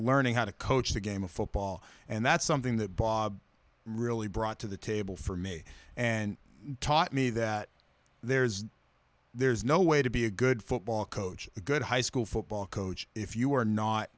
learning how to coach the game of football and that's something that really brought to the table for me and taught me that there is there is no way to be a good football coach a good high school football coach if you are not